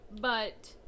but-